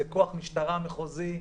זה כוח משטרה מחוזי מוגדר,